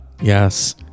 Yes